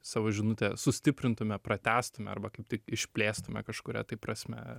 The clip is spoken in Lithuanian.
savo žinutę sustiprintume pratęstume arba kaip tik išplėstume kažkuria prasme